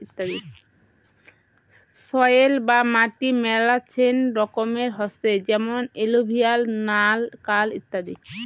soil বা মাটি মেলাচ্ছেন রকমের হসে যেমন এলুভিয়াল, নাল, কাল ইত্যাদি